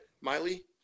Miley